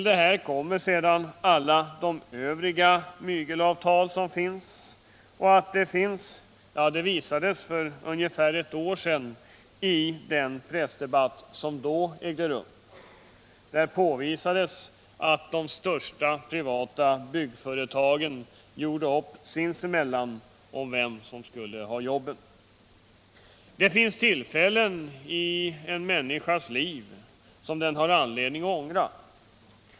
Därtill kommer alla de övriga mygelavtal som finns — och att de finns visades för ungefär ett år sedan i den pressdebatt som då ägde rum. Det påvisades där att de största privata byggföretagen gjorde upp sinsemellan om vem som skulle ha jobben. Det finns tillfällen i en människas liv som vederbörande har anledning att ångra.